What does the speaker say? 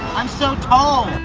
i'm so tall!